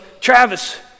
Travis